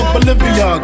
Bolivia